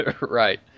Right